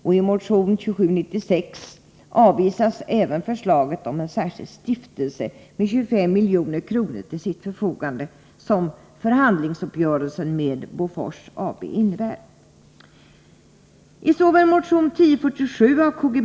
I motion 2796 avvisas även förslaget om en särskild stiftelse med 25 milj.kr. till sitt förfogande, vilket förhandlingsuppgörelsen med Bofors AB innebär. I såväl motion 1047 av K.-G.